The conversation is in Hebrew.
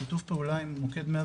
השיתוף פעולה עם מוקד 105,